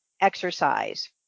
exercise